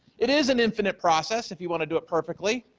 it is an infinite process if you want to do it perfectly,